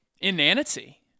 inanity